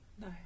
No